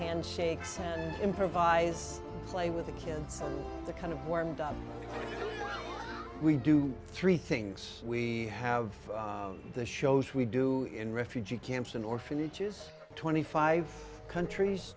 handshakes and improvise play with the kids and the kind of warmed up we do three things we have the shows we do in refugee camps in orphanages twenty five countries